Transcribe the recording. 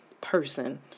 person